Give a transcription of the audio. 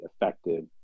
effective